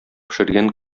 пешергән